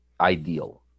ideal